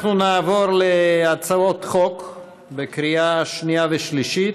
אנחנו נעבור להצעות חוק בקריאה שנייה ושלישית,